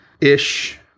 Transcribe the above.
ish